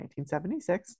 1976